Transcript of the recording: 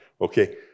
Okay